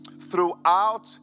throughout